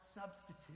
substitute